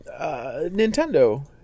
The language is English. Nintendo